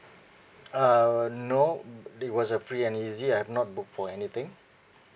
err no that was a free and easy I've not booked for anything